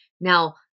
Now